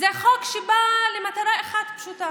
זה חוק שבא למטרה אחת פשוטה: